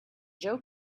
joe